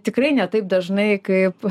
tikrai ne taip dažnai kaip